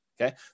Okay